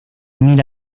mira